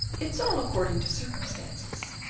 it's all according to circumstances.